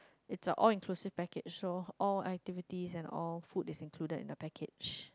it's a all inclusive package loh all activities and all food is included in the package